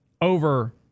over